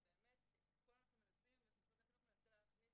ואת הכול משרד החינוך מנסה להכניס